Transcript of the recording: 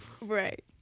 Right